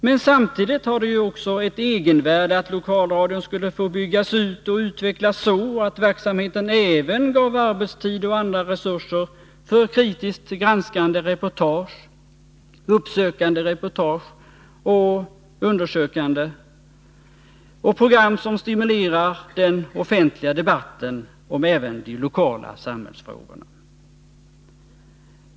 Men samtidigt har det också ett egenvärde att lokalradion skulle få byggas ut och utvecklas så, att verksamheten även gav arbetstid och andra resurser för kritiskt granskande reportage, för uppsökande reportage, för undersökande program och för program som stimulerar den offentliga debatten om även de lokala samhällsfrågorna.